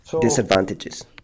disadvantages